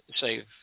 save